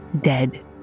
dead